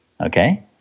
okay